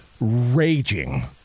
raging